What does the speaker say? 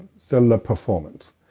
cellular performance.